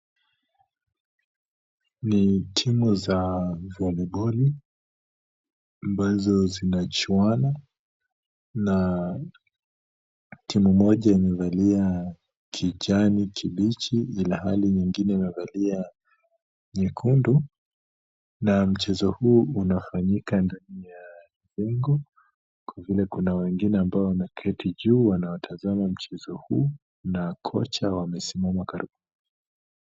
Ni timu za voliboli ambazo zinachuana, na timu moja imevalia kijani kibichi ilhali nyingine imevalia nyekundu na mchezo huu unafanyika ndani ya jengo kwa vile kuna wengine ambao wameketi juu wanawatazama mchezo huu na kocha wamesimama karibu.